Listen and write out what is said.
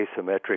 asymmetric